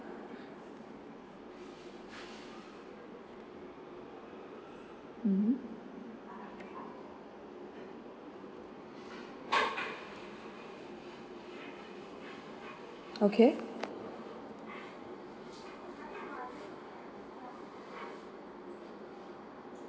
mmhmm okay